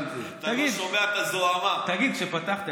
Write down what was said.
אתה לא שומע את הזוהמה, את השקרים.